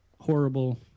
horrible